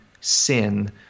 sin